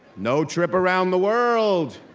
no trip around the world,